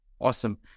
Awesome